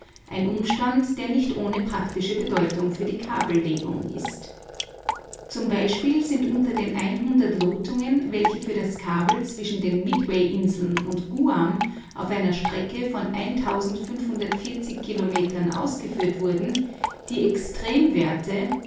ein umstand der nicht ohne praktische bedeutung für die kabellegung ist z b sind unter den ein lot welche für das kabel zwischen den midway inseln und guam auf einer strecke von kilometern ausgeführt wurden die extremwerte